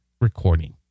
recording